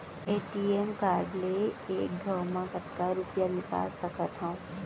ATM card ले एक घव म कतका रुपिया निकाल सकथव?